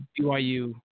BYU